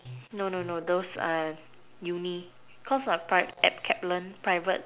no no no those uh uni cause applied at Kaplan private